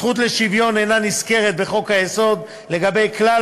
הזכות לשוויון אינה נזכרת בחוק-היסוד לגבי כלל